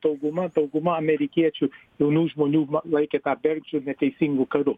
dauguma dauguma amerikiečių jaunų žmonių laikė tą bergždžiu ir neteisingu karu